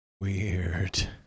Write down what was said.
Weird